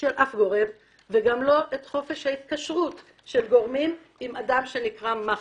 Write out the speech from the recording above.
של אף גורם וגם לא את חופש ההתקשרות של גורמים עם אדם שמכונה מאכער.